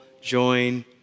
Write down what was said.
join